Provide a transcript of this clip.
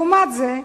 לעומת זאת,